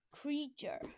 creature